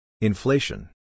Inflation